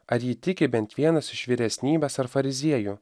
ar jį tiki bent vienas iš vyresnybės ar fariziejų